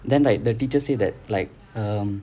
then right the teacher say that like um